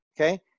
okay